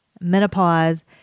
menopause